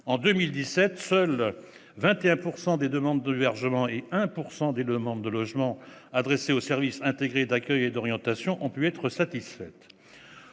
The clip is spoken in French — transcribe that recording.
en 2017, seuls 21 % des demandes d'hébergement et 1 % des demandes de logement adressées aux services intégrés d'accueil et d'orientation ont pu être satisfaites.